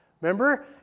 Remember